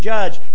Judge